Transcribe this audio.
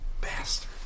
Bastard